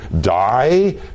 die